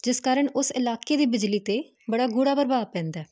ਜਿਸ ਕਾਰਨ ਉਸ ਇਲਾਕੇ ਦੀ ਬਿਜਲੀ ਤੇ ਬੜਾ ਗੂੜਾ ਪ੍ਰਭਾਵ ਪੈਂਦਾ